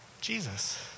Jesus